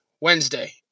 Wednesday